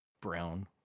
brown